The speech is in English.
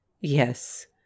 Yes